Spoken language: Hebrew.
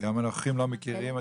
גם הנוכחים לא מכירים,